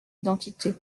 identité